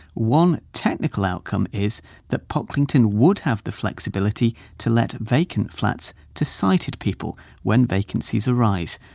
one technical outcome is that pocklington would have the flexibility to let vacant flats to sighted people when vacancies arise.